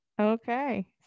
Okay